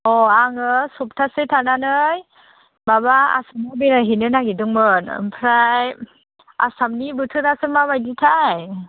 औ आङो सप्तासे थानानै माबा आसामाव बेरायहैनो नागिरदोंमोन ओमफ्राय आसामनि बोथोरासो माबायदिथाय